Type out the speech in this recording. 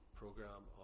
program